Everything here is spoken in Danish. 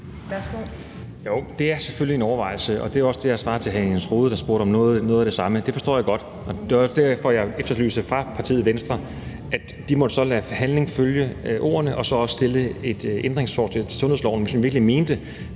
Jo, det er selvfølgelig en overvejelse, og det er også det, jeg har svaret til hr. Jens Rohde, der spurgte om noget af det samme. Det forstår jeg godt. Det var også derfor, jeg fra partiet Venstre efterlyste, at de lader handling følge ord og så også stiller et ændringsforslag til sundhedsloven, hvis man virkelig mener